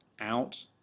out